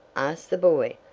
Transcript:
asked the boy,